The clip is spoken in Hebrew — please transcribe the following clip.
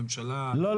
הממשלה --- לא,